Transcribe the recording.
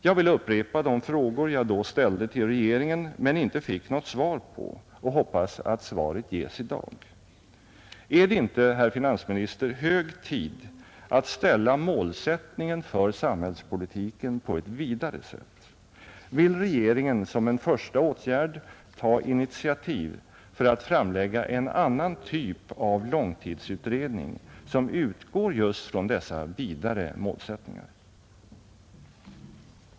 Jag vill upprepa de frågor jag då ställde till regeringen men inte fick något svar på och hoppas att svaret ges i dag: Är det inte, herr finansminister, hög tid att ställa målsättningen för samhällspolitiken på ett vidare sätt? Vill regeringen som en första åtgärd ta initiativ för att framlägga en annan typ av långtidsutredning, som utgår just från dessa vidare målsättningar?